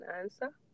answer